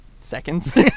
seconds